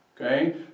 okay